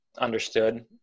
understood